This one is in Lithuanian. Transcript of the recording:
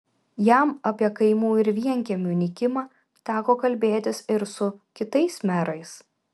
jam apie kaimų ir vienkiemių nykimą teko kalbėtis ir su kitais merais